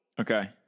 Okay